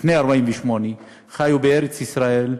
לפני 1948 חיו בארץ-ישראל,